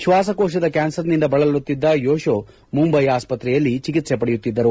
ಶ್ವಾಸಕೋಶದ ಕ್ಯಾನ್ಸರ್ನಿಂದ ಬಳಲುತ್ತಿದ್ದ ಯೊಶು ಮುಂಬೈ ಆಸ್ಪತ್ರೆಯಲ್ಲಿ ಚಿಕಿತ್ಸೆ ಪಡೆಯುತ್ತಿದ್ದರು